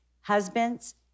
husbands